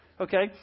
Okay